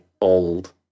old